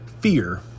Fear